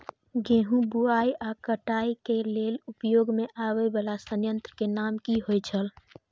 गेहूं बुआई आ काटय केय लेल उपयोग में आबेय वाला संयंत्र के नाम की होय छल?